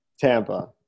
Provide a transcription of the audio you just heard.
Tampa